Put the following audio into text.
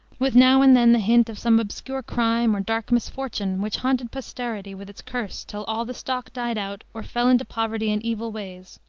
with now and then the hint of some obscure crime or dark misfortune which haunted posterity with its curse till all the stock died out, or fell into poverty and evil ways,